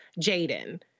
Jaden